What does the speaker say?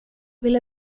ville